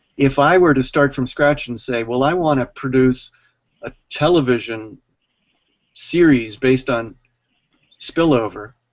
if i were to start from scratch and say, well, i want to produce a television series based on spillover,